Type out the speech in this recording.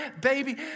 baby